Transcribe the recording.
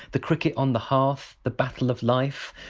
the cricket on the hearth, the battle of life,